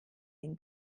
den